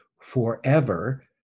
forever